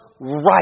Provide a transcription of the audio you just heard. right